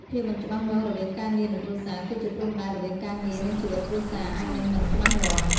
ភាពមិនច្បាស់លាស់រវាងការងារ និងគ្រួសារ គឺជាព្រំដែនរវាងការងារ និងជីវិតគ្រួសារអាចនឹងមិនច្បាស់លាស់។